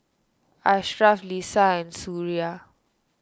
Ashraf Lisa and Suria